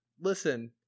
listen